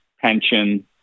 pension